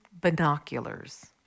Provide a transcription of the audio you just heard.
binoculars